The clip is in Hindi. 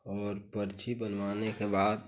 और पर्ची बनवाने के बाद